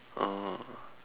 oh